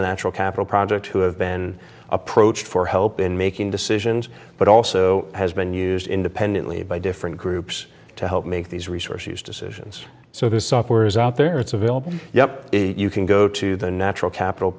natural capital project who have been approached for help in making decisions but also has been used independently by different groups to help make these resources decisions so the software is out there it's available yup you can go to the natural capital